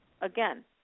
again